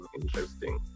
interesting